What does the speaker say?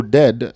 dead